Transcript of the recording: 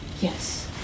Yes